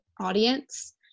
audience